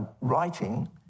writing